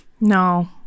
no